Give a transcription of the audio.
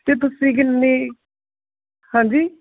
ਅਤੇ ਤੁਸੀਂ ਕਿੰਨੀ ਹਾਂਜੀ